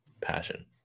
passion